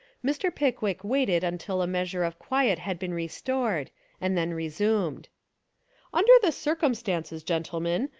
mr. pickwick waited until a measure of quiet had been restored and then resumed under the circumstances, gentlemen,